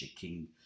king